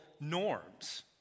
norms